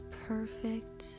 perfect